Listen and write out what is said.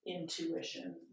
intuition